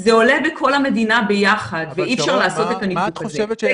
זה עולה בכל המדינה ביחד ואי אפשר לעשות את הניתוק הזה.